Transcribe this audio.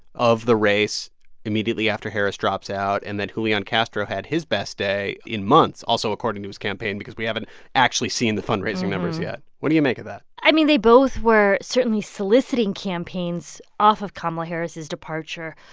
of the race immediately after harris drops out. and then julian castro had his best day in months, also according to his campaign because we haven't actually seen the fundraising numbers yet. what do you make of that? i mean, they both were certainly soliciting campaigns off of kamala harris' departure,